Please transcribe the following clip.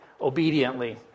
obediently